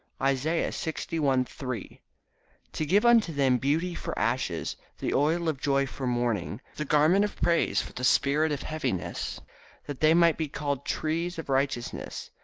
isaiah sixty one three to give unto them beauty for ashes, the oil of joy for mourning, the garment of praise for the spirit of heaviness that they might be called trees of righteousness,